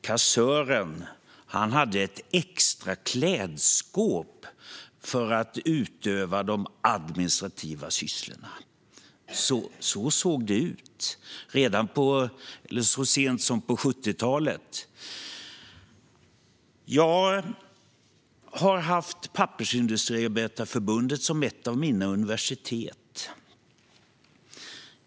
Kassören hade ett extra klädskåp för att utöva de administrativa sysslorna. Så såg det ut så sent som på 70-talet. Jag har haft Pappersindustriarbetareförbundet som ett av mina universitet.